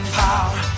power